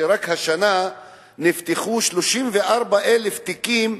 שרק השנה נפתחו 34,000 תיקים